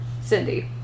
Cindy